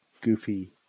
goofy